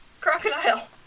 Crocodile